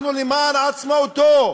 אנחנו למען עצמאותו.